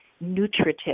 nutritive